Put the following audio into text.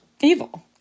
evil